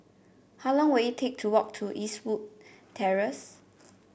how long will it take to walk to Eastwood Terrace